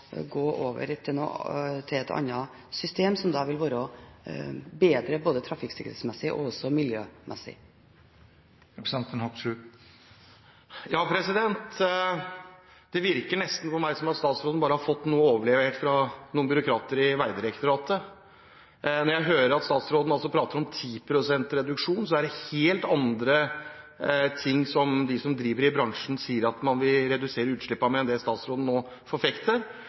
til et annet system, som vil være bedre, både trafikksikkerhetsmessig og miljømessig. Det virker nesten på meg som om statsråden bare har fått noe overlevert fra noen byråkrater i Vegdirektoratet. Jeg hører at statsråden prater om 10 pst. reduksjon. Det er helt andre størrelser de som driver i bransjen, sier at man vil redusere utslippene med enn det som statsråden nå forfekter.